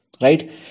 Right